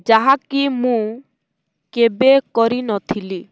ଯାହାକି ମୁଁ କେବେ କରିନଥିଲି